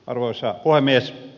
arvoisa puhemies